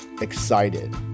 excited